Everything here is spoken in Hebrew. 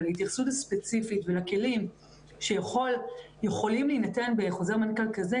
להתייחסות הספציפית ולכלים שיכולים להינתן בחוזר מנכ"ל כזה,